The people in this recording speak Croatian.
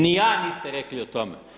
Ni a niste rekli o tome.